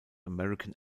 american